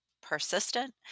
persistent